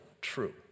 true